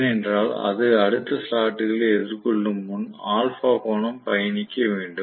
ஏனென்றால் அது அடுத்த ஸ்லாட்டுகளை எதிர்கொள்ளும் முன் α கோணம் பயணிக்க வேண்டும்